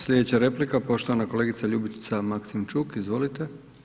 Slijedeća replika poštovana kolegica Ljubica Maksimčuk, izvolite.